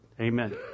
Amen